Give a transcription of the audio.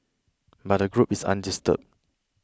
but the group is undisturbed